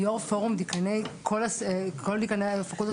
היא יו"ר פורום כל דיקני הפקולטות לרפואה.